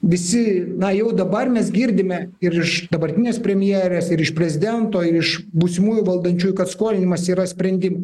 visi na jau dabar mes girdime ir iš dabartinės premjerės ir iš prezidento ir iš būsimųjų valdančiųjų kad skolinimas yra sprendimas